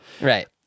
Right